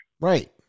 Right